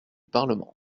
parlement